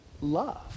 love